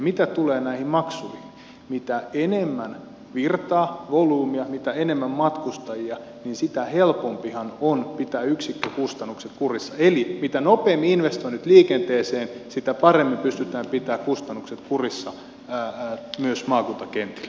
mitä tulee näihin maksuihin mitä enemmän virtaa volyymia mitä enemmän matkustajia sitä helpompihan on pitää yksikkökustannukset kurissa eli mitä nopeammin investoinnit liikenteeseen sitä paremmin pystytään pitämään kustannukset kurissa myös maakuntakentillä